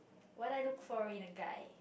what I look for in a guy